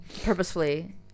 purposefully